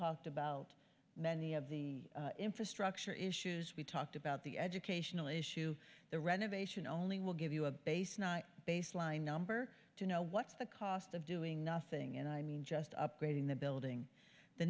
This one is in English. talked about many of the infrastructure issues we talked about the educational issue the renovation only will give you a base baseline number to know what's the cost of doing nothing and i mean just upgrading the building the